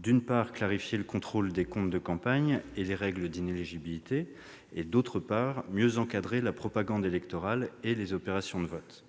d'une part, clarifier le contrôle des comptes de campagne et les règles d'inéligibilité ; d'autre part, mieux encadrer la propagande électorale et les opérations de vote.